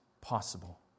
possible